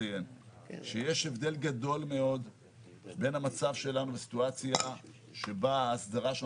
שיש הבדל גדול מאוד בין המצב שלנו בסיטואציה שבה ההסדרה שלנו